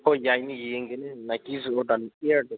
ꯍꯣꯏ ꯌꯥꯏꯅꯦ ꯌꯦꯡꯁꯤꯅꯦ ꯅꯥꯏꯛꯀꯤ ꯖꯣꯔꯗꯥꯟ ꯏꯌꯥꯔꯗꯣ